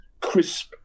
crisp